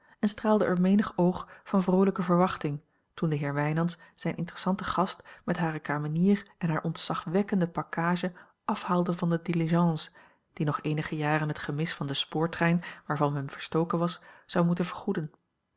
en straalde er menig oog van vroolijke verwachting toen de heer wijnands zijne interessante gast met hare kamenier en hare ontzagwekkende pakkage afhaalde van de diligence die nog eenige jaren het gemis van den spoortrein waarvan men verstoken was zou moeten vergoeden